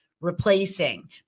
replacing